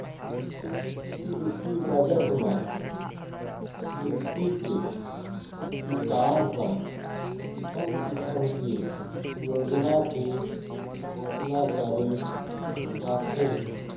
किरसी बजट म किरसी के बिकास बर किसम किसम के योजना के घोसना करे जाथे